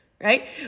right